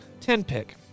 10-pick